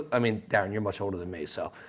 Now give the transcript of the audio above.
i mean darren, you're much older than me, so.